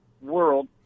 world